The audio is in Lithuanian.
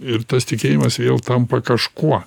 ir tas tikėjimas vėl tampa kažkuo